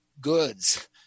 goods